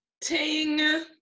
Ting